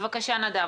בבקשה נדב.